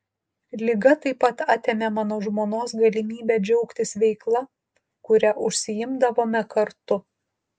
liga taip pat atėmė mano žmonos galimybę džiaugtis veikla kuria užsiimdavome kartu